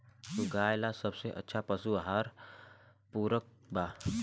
गाय ला सबसे अच्छा पशु आहार पूरक का बा?